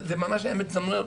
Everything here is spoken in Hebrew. זה ממש היה מצמרר.